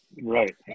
Right